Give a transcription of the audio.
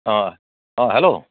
অঁ অঁ হেল্ল'